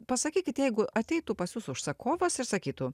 pasakykit jeigu ateitų pas jus užsakovas ir sakytų